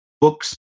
books